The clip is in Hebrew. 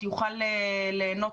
יוכל ליהנות